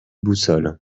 boussole